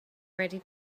ready